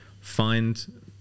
find